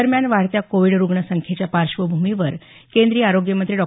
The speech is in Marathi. दरम्यान वाढत्या कोविड रुग्णसंख्येच्या पार्श्वभूमीवर केंद्रीय आरोग्यमंत्री डॉ